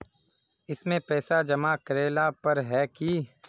इसमें पैसा जमा करेला पर है की?